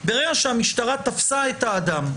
ברגע שהמשטרה תפסה את האדם,